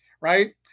right